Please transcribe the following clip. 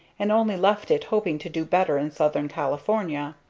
and only left it hoping to do better in southern california.